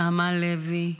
נעמה לוי,